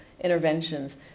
interventions